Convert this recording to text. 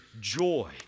joy